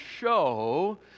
show